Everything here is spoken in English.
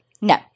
No